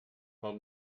pel